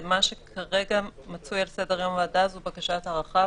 מה שכרגע מצוי על סדר-היום בוועדה הזאת זו בקשת הארכה,